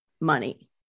money